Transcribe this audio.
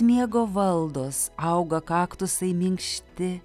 miego valdos auga kaktusai minkšti